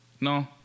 No